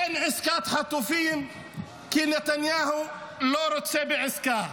אין עסקת חטופים כי נתניהו לא רוצה בעסקה.